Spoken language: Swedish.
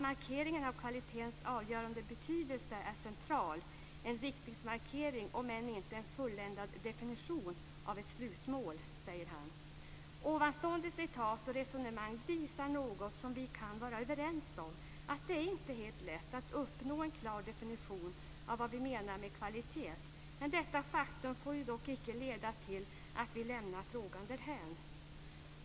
Markeringen av kvalitetens avgörande betydelse är central. Den är en riktningsmarkering om än inte en fulländad definition av ett slutmål, säger utredaren. Ovanstående utdrag och resonemang visar något som vi kan vara överens om - det är inte helt lätt att uppnå en klar definition av vad vi menar med kvalitet. Detta faktum får dock icke leda till att vi lämnar frågan därhän.